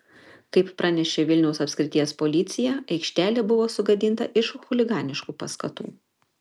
kaip pranešė vilniaus apskrities policija aikštelė buvo sugadinta iš chuliganiškų paskatų